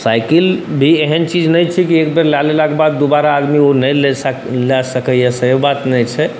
cycle भी एहन चीज नहि छिए जे कि एकबेर लऽ लेलाके बाद दोबारा आदमी ओ नहि लऽ सकैए से बात नहि छै